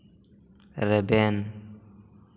ᱨᱮᱵᱮᱱ